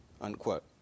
unquote